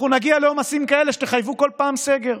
נגיע לעומסים כאלה שתחייבו כל פעם סגר.